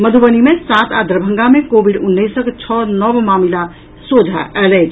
मधुबनी मे सात आ दरभंगा मे कोविड उन्नैसक छओ नव मामिला सोझा आयल अछि